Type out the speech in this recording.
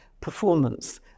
performance